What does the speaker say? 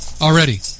Already